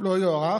לא יוארך,